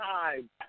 time